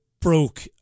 broke